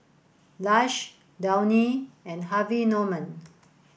Lush Downy and Harvey Norman